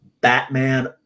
Batman